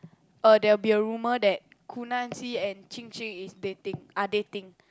uh there will be a rumour that Gu Nan Xi and Qing Qing is dating are dating